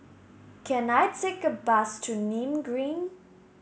can I take a bus to Nim Green